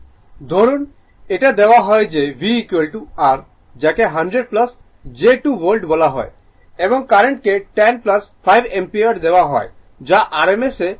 ধরুন এটা দেওয়া হয় যে V r যাকে 100 j 2 ভোল্ট বলা হয় এবং কারেন্ট কে 10 5 অ্যাম্পিয়ার দেওয়া হয় যা rms এ নেওয়া হয়